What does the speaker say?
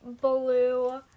blue